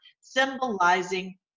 symbolizing